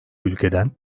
ülkeden